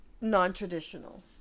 non-traditional